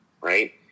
right